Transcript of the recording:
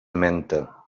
menta